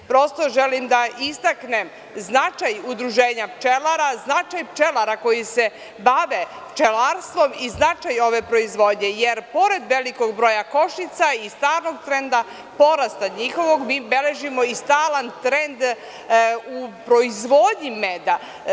Prosto, želim da istaknem značaj Udruženja pčelara, značaj pčelara koji se bave pčelarstvom i značaj ove proizvodnje, jer i pored velikog broja košnica i starog trenda, porasta njihovog, mi beležimo i stalan trend u proizvodnji meda.